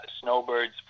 snowbirds